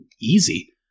easy